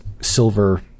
silver